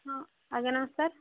ହଁ ଆଜ୍ଞା ନମସ୍କାର